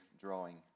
drawing